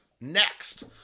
next